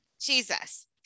Jesus